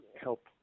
help